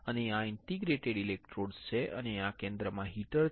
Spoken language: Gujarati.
અને આ ઇન્ટર્ડિજિટેટેડ ઇલેક્ટ્રોડ્સ છે અને આ કેન્દ્રમાં એક હીટર છે